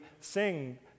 sing